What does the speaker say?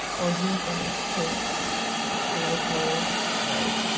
or you are gonna shake for the whole ride.